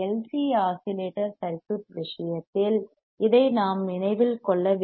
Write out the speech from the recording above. C oscillator circuit விஷயத்தில் இதை நாம் நினைவில் கொள்ள வேண்டும்